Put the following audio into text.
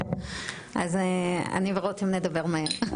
בבקשה.